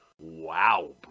Wow